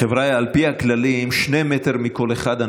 חבריא, על פי הכללים, שני מטרים מכל אחד.